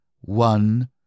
one